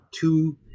two